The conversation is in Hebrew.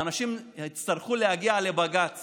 האנשים יצטרכו להגיע לבג"ץ